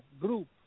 group